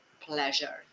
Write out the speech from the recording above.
pleasure